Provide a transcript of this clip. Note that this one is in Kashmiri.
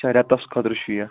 اچھا رٮ۪تس خٲطرٕ چھُ یہِ